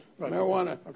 marijuana